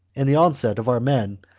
and the onset of our men,